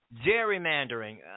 gerrymandering